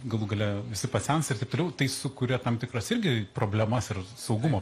galų gale visi pasensta ir taip toliau tai sukuria tam tikras irgi problemas ir saugumo